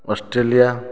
Australia